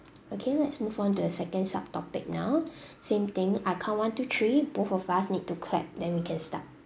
okay let's move on to the second sub topic now same thing I count one two three both of us need to clap then we can start